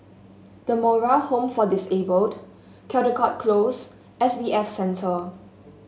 The Moral Home for Disabled Caldecott Close S B F Center